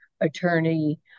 Attorney